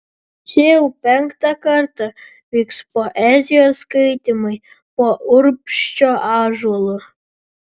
čia jau penktą kartą vyks poezijos skaitymai po urbšio ąžuolu